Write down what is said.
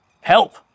Help